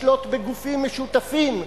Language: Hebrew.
לשלוט בגופים משותפים,